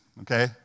Okay